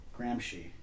Gramsci